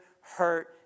hurt